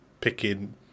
picking